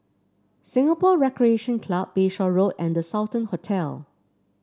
Singapore Recreation Club Bayshore Road and The Sultan Hotel